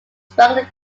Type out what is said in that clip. strongly